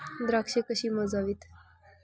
द्राक्षे कशी मोजावीत?